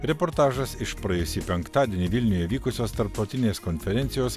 reportažas iš praėjusį penktadienį vilniuje vykusios tarptautinės konferencijos